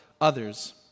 others